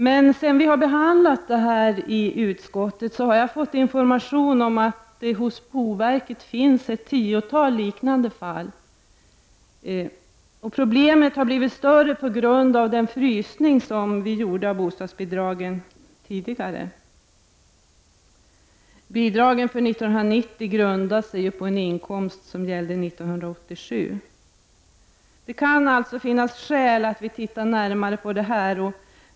Men sedan utskottet har behandlat denna motion har jag fått information om att det hos boverket finns ett tiotal liknande fall. Problemet har blivit större på grund av den frysning som tidigare skedde av bostadsbidragen. Bidragen för 1990 grundar sig ju på inkomster 1987. Det kan alltså finnas skäl för att man ser över detta närmare.